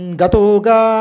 Gatoga